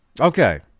Okay